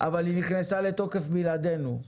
אבל היא נכנסה לתוקף בלעדינו.